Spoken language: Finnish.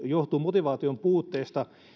johtuu motivaation puutteesta